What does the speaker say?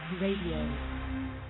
Radio